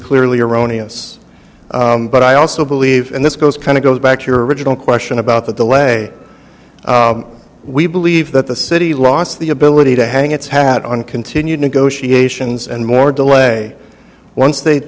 clearly erroneous but i also believe and this goes kind of goes back to your original question about the delay we believe that the city lost the ability to hang its hat on continued negotiations and more delay once they